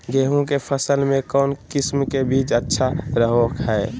गेहूँ के फसल में कौन किसम के बीज अच्छा रहो हय?